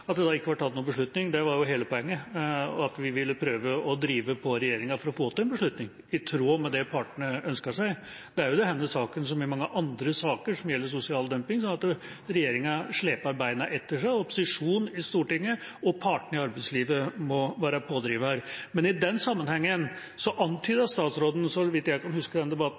ikke var tatt noen beslutning. Det var jo hele poenget. Vi ville prøve å «drive på» regjeringa for å få til en beslutning, i tråd med det partene ønsker seg. Det er i denne saken – som i mange andre saker som gjelder sosial dumping – slik at regjeringa sleper beina etter seg, og opposisjonen i Stortinget og partene i arbeidslivet må være pådrivere. Men i den sammenhengen antydet statsråden, så vidt jeg kan huske fra den debatten,